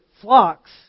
flocks